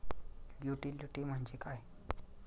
Utility म्हणजे काय?